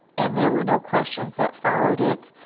and there were no questions that followed it,